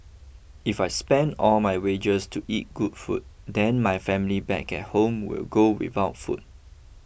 if I spend all my wages to eat good food then my family back at home will go without food